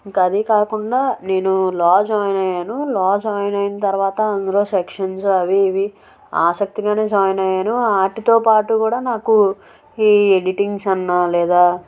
ఇంక అది కాకుండా నేను లా జాయిన్ అయ్యాను లా జాయిన్ అయిన తర్వాత అందులో సెక్షన్స్ అవి ఇవి ఆసక్తిగానే జాయిన్ అయ్యాను వాటితో పాటు కూడా నాకు ఈ ఎడిటింగ్స్ అన్నా లేదా